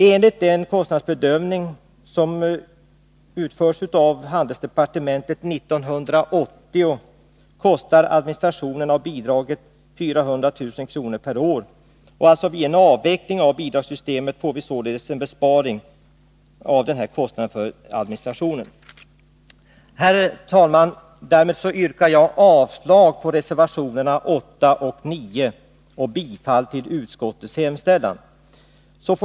Enligt en kostnadsbedömning som utförts av handelsdepartementet 1980 kostar administrationen av bidraget 400 000 kr. per år. En avveckling av detta bidragssystem innebär alltså en besparing av den här kostnaden för administration. Herr talman! Därmed yrkar jag avslag på reservationerna 8 och 9 och bifall till utskottets hemställan.